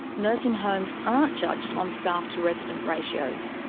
nursing homes aren't judged on staff-to-resident ratios.